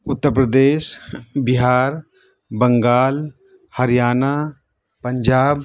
Uttar Pradesh Bihar Bengal Haryana Punjab